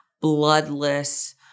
bloodless